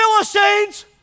Philistines